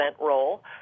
role